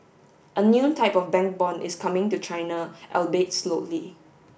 a new type of bank bond is coming to China albeit slowly